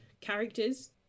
characters